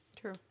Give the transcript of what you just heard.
True